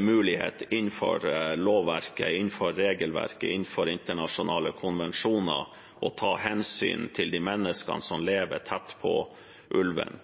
mulighet til å ta hensyn til de menneskene som lever tett på ulven.